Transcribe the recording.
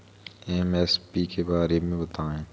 MSP के बारे में बतायें?